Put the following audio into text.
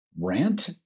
Rant